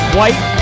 White